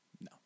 no